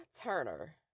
Turner